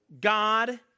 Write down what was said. God